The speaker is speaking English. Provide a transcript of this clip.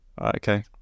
okay